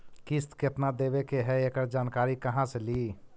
किस्त केत्ना देबे के है एकड़ जानकारी कहा से ली?